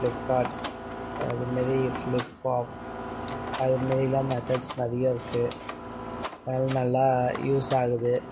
Flipkart அது மாரி ப்ளிப்ஆப் அது மாதிரிலாம் மெத்தட்ஸ்யெலாம் நிறைய இருக்குது அது நல்லா யூஸ் ஆகுது